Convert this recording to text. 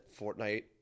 Fortnite